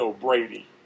Brady